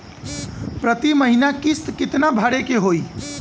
प्रति महीना किस्त कितना भरे के होई?